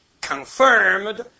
confirmed